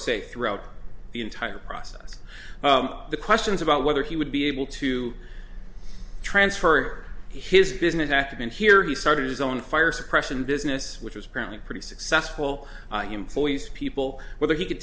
se throughout the entire process the questions about whether he would be able to transfer his business activity here he started his own fire suppression business which is apparently pretty successful employees people whether he could